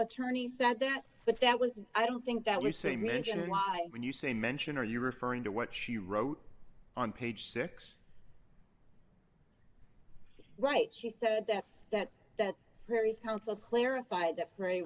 attorney said that but that was i don't think that we say mentioned why when you say mention are you referring to what she wrote on page six right she said that that that phrase counsel clarified that